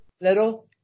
Leto